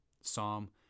Psalm